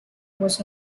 was